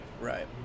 Right